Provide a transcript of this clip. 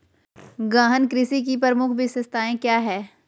गहन कृषि की प्रमुख विशेषताएं क्या है?